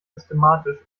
systematisch